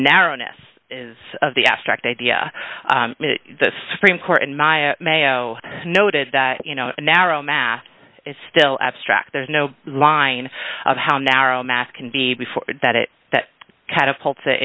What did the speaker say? narrowness of the abstract idea the supreme court in my mayo noted that you know narrow math is still abstract there's no line of how narrow math can be before that it that catapult